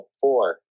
four